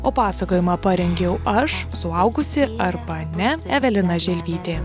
o pasakojimą parengiau aš suaugusi arba ne evelina želvytė